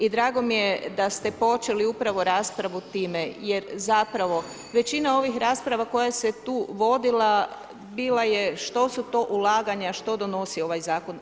I drago mi je da ste počeli upravo raspravu time jer zapravo većina ovih rasprava koja se tu vodila bila je što su to ulaganja, što donosi ovaj zakon.